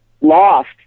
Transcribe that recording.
lost